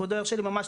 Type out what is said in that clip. כבודו ירשה לי ממש,